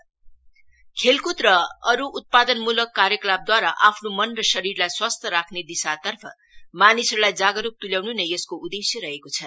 खेलक्द र श्रु उत्पादनमूलक कार्यक्रमद्वारा आफ्नो मन र शरीरलाई स्वस्थ राख्ने दिशातर्फ मानिसहरूलाई जागरूक तुल्याउनु नै यसको उद्देश्य रहेको छ